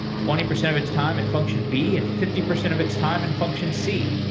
twenty percent of its time in function b and fifty percent of its time in function c.